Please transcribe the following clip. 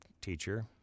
teacher